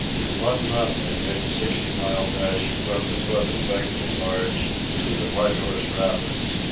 in one run they made a sixty-mile dash from the foot of lake le barge to the white horse rapids.